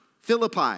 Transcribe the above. Philippi